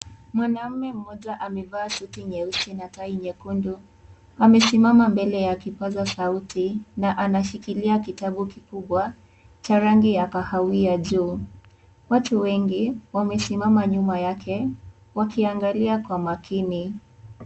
Mwanamume mmoja amevaa suti nyeusi na tai nyekundu. Amesimama mbele ya kipaza sauti, na anashikilia kitabu kikubw,a cha rangi ya kahawia juu. Watu wengi, wamesimama nyuma yake, wakiangalia kwa makini.